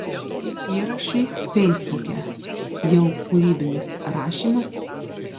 įrašai feisbuke jau kūrybinis rašymas